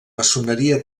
maçoneria